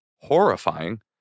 horrifying